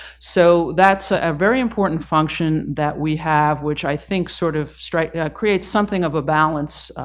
so that's ah a very important function that we have which i think sort of yeah creates something of a balance